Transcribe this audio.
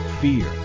fear